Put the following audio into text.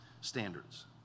standards